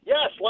Yes